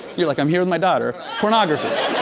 you're like, i'm here with my daughter. pornography.